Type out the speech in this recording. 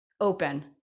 open